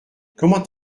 comment